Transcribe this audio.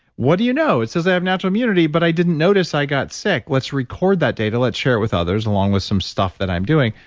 what do you know? it says i have natural immunity but i didn't notice i got sick let's record that data, let's share it with others, along with some stuff that i'm doing,